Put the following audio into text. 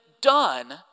done